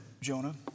Jonah